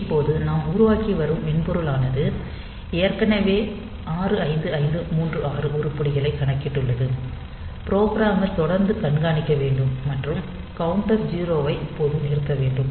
இப்போது நாம் உருவாக்கி வரும் மென்பொருளானது ஏற்கனவே 65536 உருப்படிகளை கணக்கிட்டுள்ளது புரோகிராமர் தொடர்ந்து கண்காணிக்க வேண்டும் மற்றும் கவுண்டர் 0 ஐ இப்போது நிறுத்த வேண்டும்